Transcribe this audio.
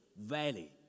Valley